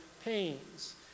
pains